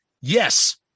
Yes